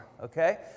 okay